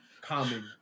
common